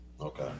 Okay